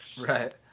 Right